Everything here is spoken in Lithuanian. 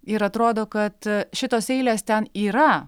ir atrodo kad šitos eilės ten yra